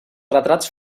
retrats